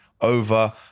over